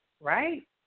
right